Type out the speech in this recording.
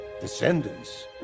Descendants